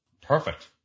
Perfect